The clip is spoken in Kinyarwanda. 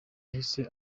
yahise